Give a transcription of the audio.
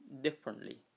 differently